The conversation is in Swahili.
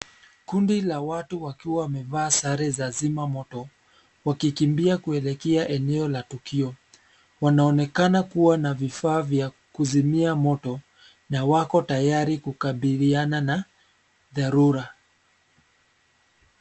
Kundi la watu wakiwa wamevaa sare za zima moto, wakikimbia kuelekea eneo la tukio. Wanaonekana kuwa na vifaa vya kuzimia moto na wako tayari kukabiliana na dharura.